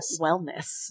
wellness